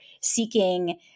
seeking